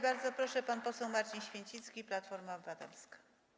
Bardzo proszę, pan poseł Marcin Święcicki, Platforma Obywatelska.